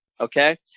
Okay